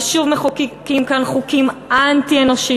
ושוב מחוקקים כאן חוקים אנטי-אנושיים,